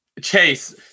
chase